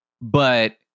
But-